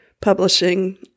Publishing